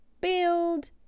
build